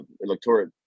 electorate